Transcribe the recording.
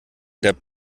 der